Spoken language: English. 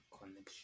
connection